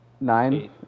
Nine